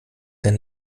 ein